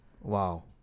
Wow